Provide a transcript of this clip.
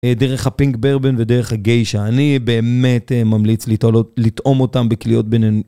אה... דרך הפינק ברבן, ודרך הגיישה, אני באמת אה... ממליץ לטול... לטעום אותם בקליות בינינו.